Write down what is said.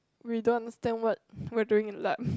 we don't understand what we are doing in lab